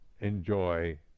enjoy